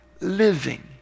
living